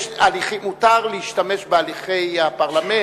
מותר להשתמש בהליכי הפרלמנט,